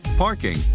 parking